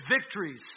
victories